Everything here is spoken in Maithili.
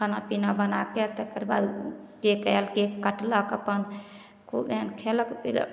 खाना पीना बना कए तेकर बाद केक आयल केक कटलक अपन खूब एहन खेलक पीलक